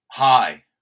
Hi